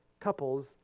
couples